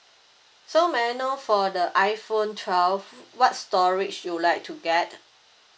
so may I know for the iphone twelve what storage you would like to get